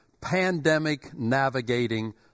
pandemic-navigating